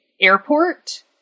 airport